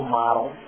model